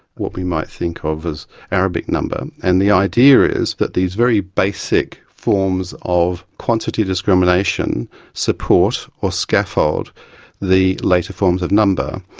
what we might think of as arabic number. and the idea is that these very basic forms of quantity discrimination support or scaffold the later forms of number.